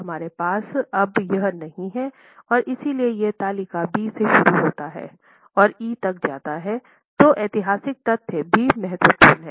हमारे पास अब यह नहीं है और इसलिए यह तालिका बी से शुरू होता है और ई तक जाता है तो ऐतिहासिक तथ्य भी महत्वपूर्ण है